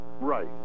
Right